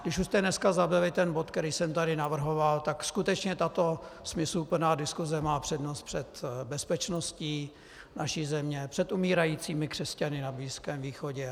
Když už jste dneska zabili bod, který jsem tady navrhoval, tak skutečně tato smysluplná diskuse má přednost před bezpečností naší země, před umírajícími křesťany na Blízkém východě.